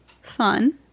Fun